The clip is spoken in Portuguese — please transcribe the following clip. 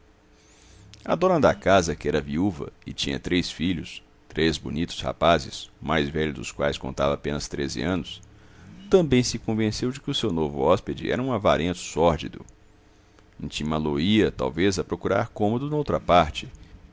a dona da casa que era viúva e tinha três filhos três bonitos rapazes o mais velho dos quais contava apenas treze anos também se convenceu de que o seu novo hóspede era um avarento sórdido intimá lo ia talvez a procurar cômodo noutra parte